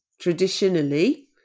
traditionally